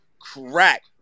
crack